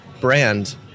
brand